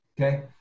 okay